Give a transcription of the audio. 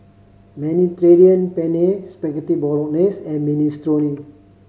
Mediterranean Penne Spaghetti Bolognese and Minestrone